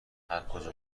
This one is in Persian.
هرکجا